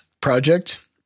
project